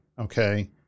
okay